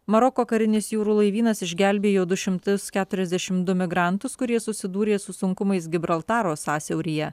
maroko karinis jūrų laivynas išgelbėjo du šimtus keturiasdešim du migrantus kurie susidūrė su sunkumais gibraltaro sąsiauryje